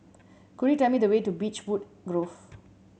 could you tell me the way to Beechwood Grove